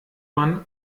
man